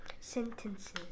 sentences